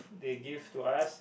they give to us